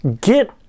get